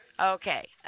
Okay